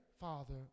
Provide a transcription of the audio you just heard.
father